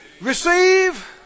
receive